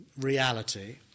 reality